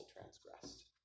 transgressed